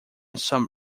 some